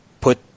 put